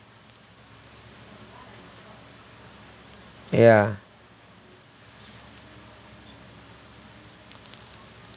ya